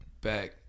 back